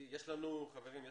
חברים,